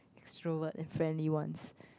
extrovert and friendly ones